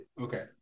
Okay